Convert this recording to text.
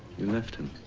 you left him?